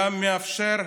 גם מאפשר,